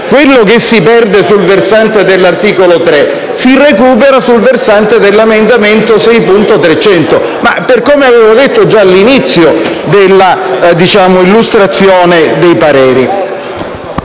quello che si perde sul versante dell'articolo 3 si recupera sul versante dell'emendamento 6.300, come avevo già detto all'inizio dell'illustrazione dei pareri.